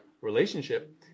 relationship